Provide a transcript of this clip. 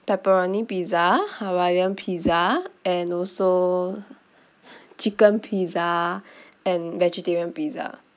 pepperoni pizza hawaiian pizza and also chicken pizza and vegetarian pizza